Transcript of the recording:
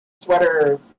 sweater